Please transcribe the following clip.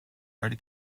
early